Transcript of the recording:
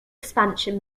expansion